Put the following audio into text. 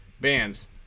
bands